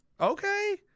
Okay